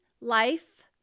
life